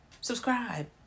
subscribe